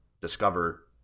discover